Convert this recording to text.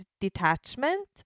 detachment